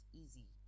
easy